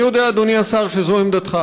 אני יודע, אדוני השר, שזו עמדתך.